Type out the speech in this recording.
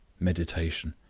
meditation.